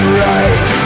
right